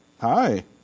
Hi